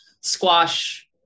squash